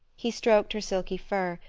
he stroked her silky fur,